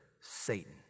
Satan